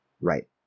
Right